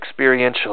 experientially